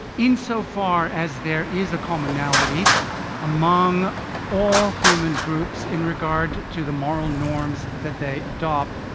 insofar as there is a commonality among all human groups in regard to the moral norms that they adopt,